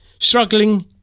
struggling